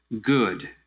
good